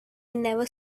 never